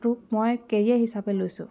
টোক মই কেৰিয়াৰ হিচাপে লৈছোঁ